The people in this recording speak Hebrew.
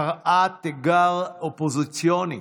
קראה תיגר אופוזיציוני